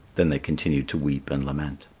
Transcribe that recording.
then they continued to weep and lament.